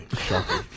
Shocking